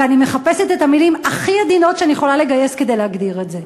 ואני מחפשת את המילים הכי עדינות שאני יכולה לגייס כדי להגדיר את זה.